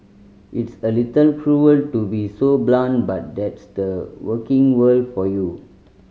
it's a little cruel to be so blunt but that's the working world for you